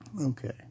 Okay